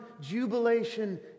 jubilation